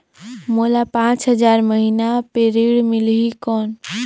मोला पांच हजार महीना पे ऋण मिलही कौन?